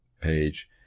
page